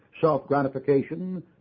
self-gratification